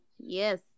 Yes